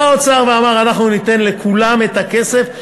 בא האוצר ואמר: אנחנו ניתן לכולם את הכסף.